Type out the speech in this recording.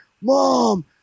Mom